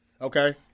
Okay